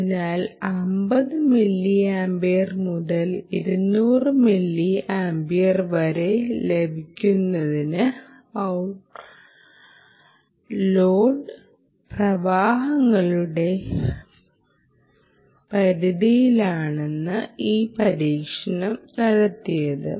അതിനാൽ 50 മില്ലിയാംപിയർ മുതൽ 200 വരെ ആരംഭിക്കുന്ന ഔട്ട് ലോഡ് പ്രവാഹങ്ങളുടെ പരിധിയിലാണ് ഈ പരീക്ഷണം നടത്തിയത്